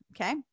okay